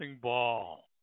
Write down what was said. ball